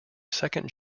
second